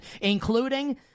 including